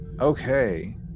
Okay